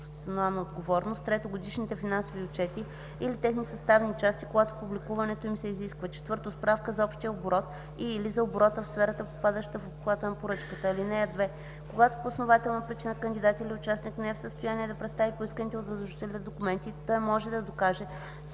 отговорност”; 3. годишните финансови отчети или техни съставни части, когато публикуването им се изисква; 4. справка за общия оборот и/или за оборота в сферата, попадаща в обхвата на поръчката. (2) Когато по основателна причина кандидат или участник не е в състояние да представи поисканите от възложителя документи, той може да докаже своето